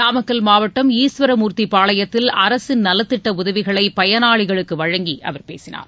நாமக்கல் மாவட்டம் ஈஸ்வரமூர்த்தி பாளையத்தில் அரசின் நலத்திட்ட உதவிகளை பயனாளிகளுக்கு வழங்கி அவர் பேசினார்